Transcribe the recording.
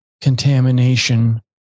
contamination